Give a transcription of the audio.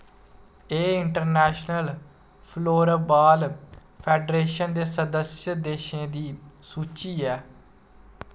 एह् International Floorball Federation दे सदस्य देशें दी सूची ऐ